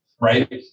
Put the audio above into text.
right